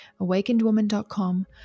awakenedwoman.com